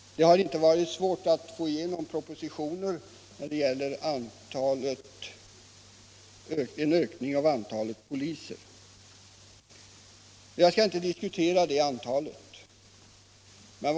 Det har inte varit svårt att få riksdagen att bifalla propositioner om en ökning av antalet poliser. Jag skall inte diskutera antalet poliser.